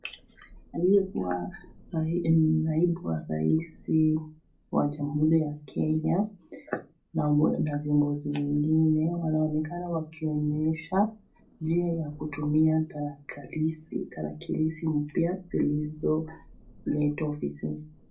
Aliyekua naibu wa rais wa jamhuri ya Kenya na viongozi wengine wanaonekana wakionyesha njia ya kutumia tarakilishi mpya zilizoletwa ofisini.